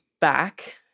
back